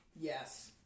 Yes